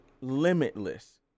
limitless